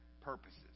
purposes